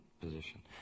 position